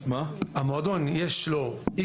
כל מועדון, לפי כמות הכלים שתהיה לו.